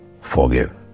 forgive